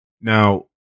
Now